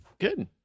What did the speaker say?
good